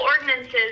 ordinances